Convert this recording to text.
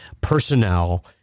personnel